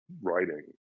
writing